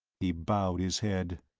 he bowed his head.